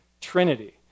Trinity